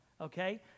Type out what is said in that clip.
Okay